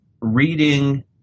reading